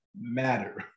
matter